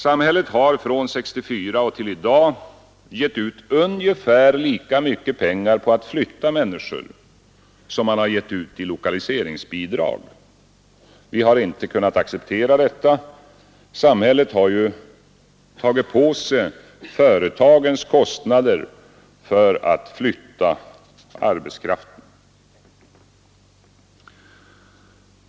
Samhället har från 1964 och till i dag givit ut ungefär lika mycket pengar på att flytta människor som man givit ut i lokaliseringsbidrag. Vi har inte kunnat acceptera detta. Samhället har ju tagit på sig företagens kostnader för att flytta arbetskraft.